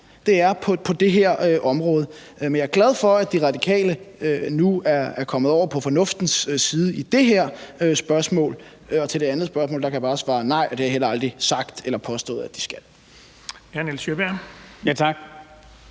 det, er på det her område. Men jeg er glad for, at De Radikale nu er kommet over på fornuftens side i det her spørgsmål. Og til det andet spørgsmål kan jeg bare svare: Nej, og det har jeg heller aldrig sagt eller påstået at de skal.